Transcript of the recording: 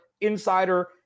insider